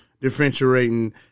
differentiating